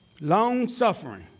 Long-suffering